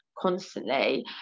Constantly